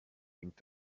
hängt